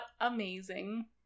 amazing